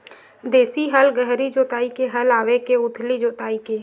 देशी हल गहरी जोताई के हल आवे के उथली जोताई के?